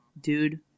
dude